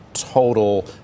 total